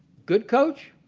good coach,